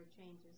changes